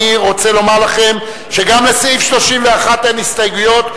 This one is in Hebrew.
אני רוצה לומר לכם שגם לסעיף 31 אין הסתייגות,